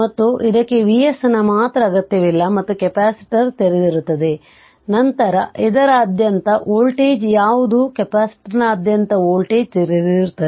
ಮತ್ತು ಇದಕ್ಕೆ Vs ನ ಮಾತ್ರ ಅಗತ್ಯವಿಲ್ಲ ಮತ್ತು ಕೆಪಾಸಿಟರ್ ತೆರೆದಿರುತ್ತದೆ ನಂತರ ಇದರಾದ್ಯಂತ ವೋಲ್ಟೇಜ್ ಯಾವುದು ಕೆಪಾಸಿಟರ್ನಾದ್ಯಂತ ವೋಲ್ಟೇಜ್ ತೆರೆದಿರುತ್ತದೆ